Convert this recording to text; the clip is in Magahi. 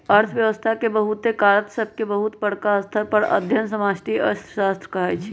अर्थव्यवस्था के बहुते कारक सभके बहुत बरका स्तर पर अध्ययन समष्टि अर्थशास्त्र कहाइ छै